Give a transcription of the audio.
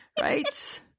right